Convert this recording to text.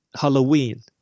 Halloween